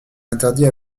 interdit